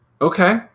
Okay